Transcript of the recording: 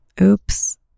oops